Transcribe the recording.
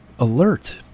Alert